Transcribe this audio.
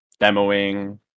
demoing